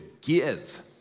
give